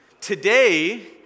Today